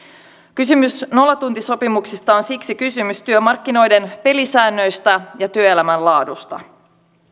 kysymys nollatuntisopimuksista on siksi kysymys työmarkkinoiden pelisäännöistä ja työelämän laadusta